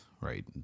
right